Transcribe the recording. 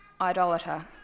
idolater